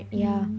mm